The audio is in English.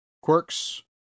quirks